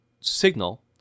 signal